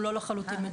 הוא לא מדויק לחלוטין,